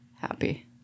happy